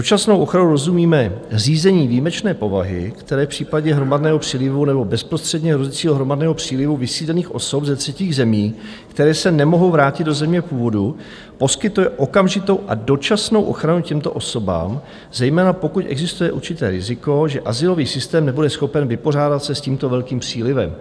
Dočasnou ochranou rozumíme řízení výjimečné povahy, které v případě hromadného přílivu nebo bezprostředně hrozícího hromadného přílivu vysídlených osob ze třetích zemí, které se nemohou vrátit do země původu, poskytuje okamžitou a dočasnou ochranu těmto osobám, zejména pokud existuje určité riziko, že azylový systém nebude schopen vypořádat se s tímto velkým přílivem.